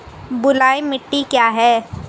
बलुई मिट्टी क्या है?